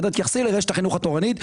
לרשת החינוך התורנית,